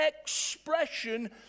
expression